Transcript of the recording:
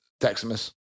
Deximus